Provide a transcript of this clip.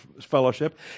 fellowship